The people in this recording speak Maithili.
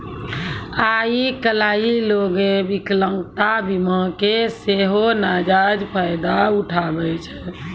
आइ काल्हि लोगें विकलांगता बीमा के सेहो नजायज फायदा उठाबै छै